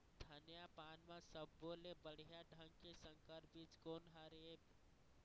धनिया पान म सब्बो ले बढ़िया ढंग के संकर बीज कोन हर ऐप?